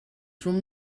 from